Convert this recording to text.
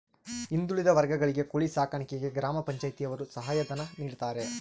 ಹಿಂದುಳಿದ ವರ್ಗಗಳಿಗೆ ಕೋಳಿ ಸಾಕಾಣಿಕೆಗೆ ಗ್ರಾಮ ಪಂಚಾಯ್ತಿ ಯವರು ಸಹಾಯ ಧನ ನೀಡ್ತಾರೆ